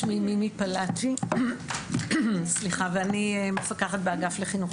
שמי מימי פלצ'י ואני מפקחת באגף לחינוך